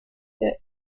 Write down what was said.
day